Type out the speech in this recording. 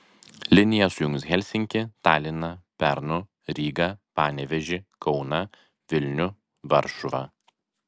linija sujungs helsinkį taliną pernu rygą panevėžį kauną vilnių varšuvą